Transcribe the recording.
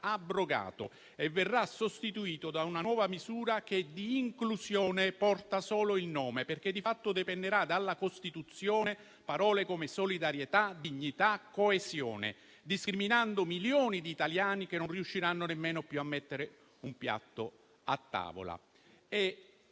abrogato e verrà sostituito da una nuova misura che di inclusione porta solo il nome, perché di fatto depennerà dalla Costituzione parole come solidarietà, dignità, coesione, discriminando milioni di italiani che non riusciranno nemmeno più a mettere un piatto a tavola.